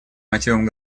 мотивам